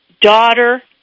daughter